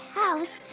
house